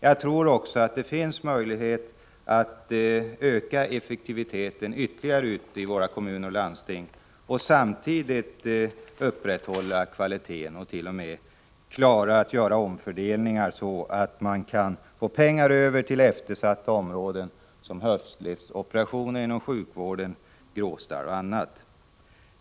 Jag tror också att det finns möjlighet att ytterligare öka effektiviteten ute i våra kommuner och landsting och samtidigt upprätthålla kvaliteten och t.o.m. göra omfördelningar så att man kan få pengar över till eftersatta områden inom sjukvårdens bristområden, t.ex. höftledsoperationer och gråstarroperationer.